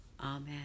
Amen